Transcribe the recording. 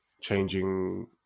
changing